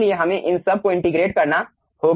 इसलिए हमें इन सबको इंटिग्रेटेड करना होगा